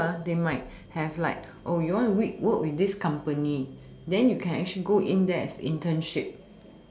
school they might have like oh you want to we work with this company then you can actually go in there as internship